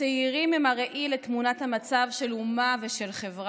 הצעירים הם הראי לתמונת המצב של אומה ושל חברה.